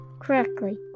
correctly